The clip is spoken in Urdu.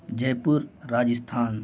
جے پور راجستھان